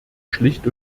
schlicht